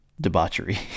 debauchery